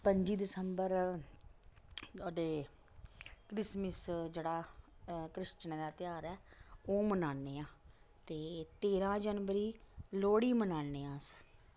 पंजी दिसंबर ओह् डे क्रिसमिस जेह्ड़ा क्रिशचनें दा ध्यार ऐ ओह् मनाने आं ते एह् तेरां जनवरी गी लोह्ड़ी मनाने अस